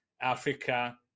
Africa